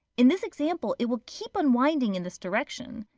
in this example, it will keep unwinding in this direction.